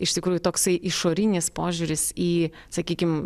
iš tikrųjų toksai išorinis požiūris į sakykim